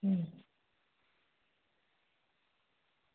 હમ